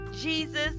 Jesus